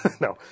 No